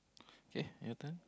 okay your turn